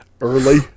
early